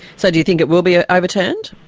so do you think it will be ah overturned?